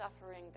suffering